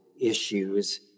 issues